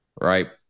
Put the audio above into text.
Right